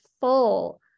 full